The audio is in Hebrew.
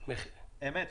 אמת.